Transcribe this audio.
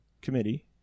committee